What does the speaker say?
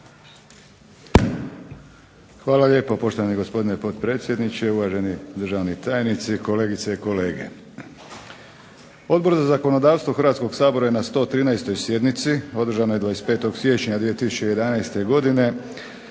Hvala lijepo, poštovani gospodine potpredsjedniče. Uvaženi državni tajnici, kolegice i kolege. Odbor za zakonodavstvo Hrvatskoga sabora je na 113. Sjednici održanoj 25. siječnja 2011. godine